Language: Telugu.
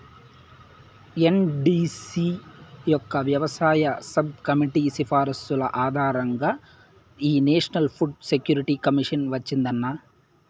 ఎన్.డీ.సీ యొక్క వ్యవసాయ సబ్ కమిటీ సిఫార్సుల ఆధారంగా ఈ నేషనల్ ఫుడ్ సెక్యూరిటీ మిషన్ వచ్చిందన్న